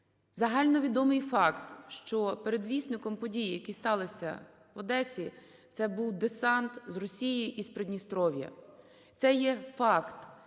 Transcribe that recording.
Загальновідомий факт, що передвісником подій, які сталися в Одесі, це був десант з Росії і з Придністров'я, це є факт.